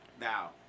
now